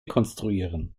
konstruieren